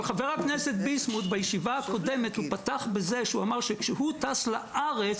אבל חבר הכנסת ביסמוט בישיבה הקודמת הוא אמר שכשהוא טס לארץ